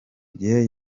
gihe